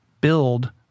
build